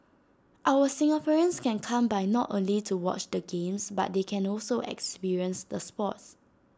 our Singaporeans can come by not only to watch the games but they can also experience the sports